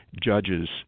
judges